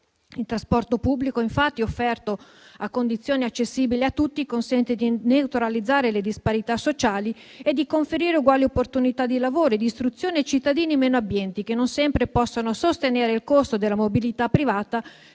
Il trasporto pubblico, infatti, offerto a condizioni accessibili a tutti, consente di neutralizzare le disparità sociali e di conferire uguali opportunità di lavoro e d'istruzione ai cittadini meno abbienti, che non sempre possono sostenere il costo della mobilità privata